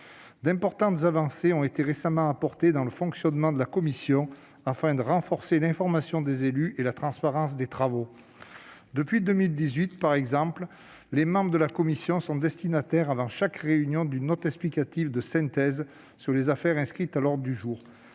D'importantes avancées ont été récemment apportées dans le fonctionnement de la commission, afin de renforcer l'information des élus et la transparence des travaux. Depuis 2018 par exemple, les membres de la commission sont destinataires avant chaque réunion d'une note explicative de synthèse sur les affaires inscrites à l'ordre du jour,